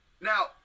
Now